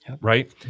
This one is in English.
right